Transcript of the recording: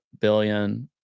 billion